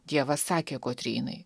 dievas sakė kotrynai